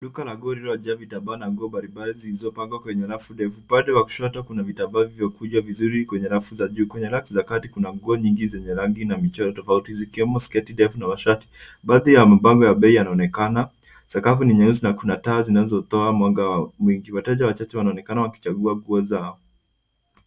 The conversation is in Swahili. Duka la nguo lililojaa vitambaa na nguo mbalimbali zilizopangwa kwenye rafu ndefu. Upande wa kushoto, kuna vitambaa vilivyokunjwa vizuri kwenye rafu za juu. Kwenye rafu za kati kuna nguo nyingi zenye rangi na mchoro tofauti zikiwemo sketi ndefu na mashati. Baadhi ya mapambo ya bei yanaonekana, sakafu ni nyeusi na kuna taa zinazotoa mwanga mwingi. Wateja wachache wanaonekana wakichagua nguo zao.